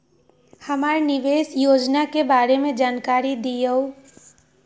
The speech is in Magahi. हमरा निवेस योजना के बारे में जानकारी दीउ?